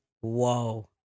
whoa